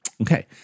Okay